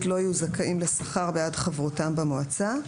לא יהיו זכאים לשכר בעד חברותם במועצה,